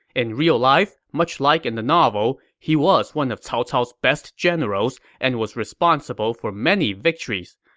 in real life, much like in the novel, he was one of cao cao's best generals and was responsible for many victories.